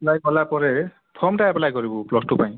apply କଲାପରେ ଫର୍ମଟା apply କରିବୁ ପ୍ଲସ୍ ଟୁ ପାଇଁ